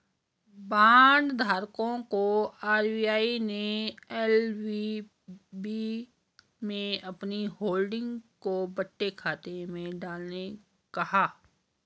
bond धारकों को RBI ने एल.वी.बी में अपनी होल्डिंग को बट्टे खाते में डालने कहा